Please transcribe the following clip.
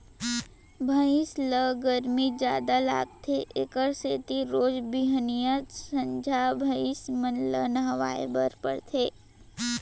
भइंस ल गरमी जादा लागथे एकरे सेती रोज बिहनियॉं, संझा भइंस मन ल नहवाए बर परथे